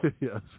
Yes